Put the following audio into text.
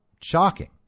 shocking